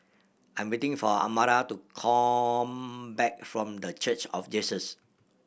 I'm waiting for Amara to come back from The Church of Jesus